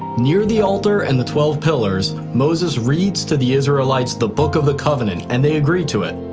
near the altar and the twelve pillars, moses reads to the israelites the book of the covenant and they agree to it.